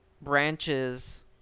branches